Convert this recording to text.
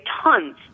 tons